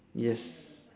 yes